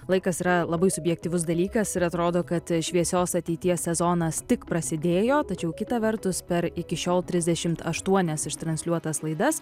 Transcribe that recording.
laikas yra labai subjektyvus dalykas ir atrodo kad šviesios ateities sezonas tik prasidėjo tačiau kita vertus per iki šiol trisdešim aštuonias ištransliuotas laidas